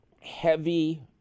heavy